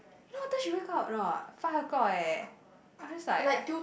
you know what time she wake up or not five o-clock eh I'm just like I